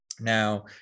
now